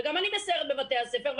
וגם אני מסיירת בבתי הספר,